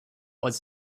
was